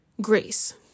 grace